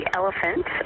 elephant